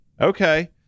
Okay